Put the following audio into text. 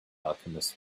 alchemist